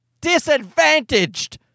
disadvantaged